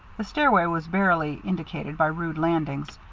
the stairway was barely indicated by rude landings.